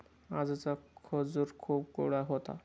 आजचा खजूर खूप गोड होता